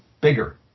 bigger